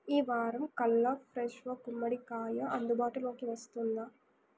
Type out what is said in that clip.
ఈ వారం కల్లా ఫ్రెషో గుమ్మడికాయ అందుబాటులోకి వస్తుందా